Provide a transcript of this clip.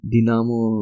Dinamo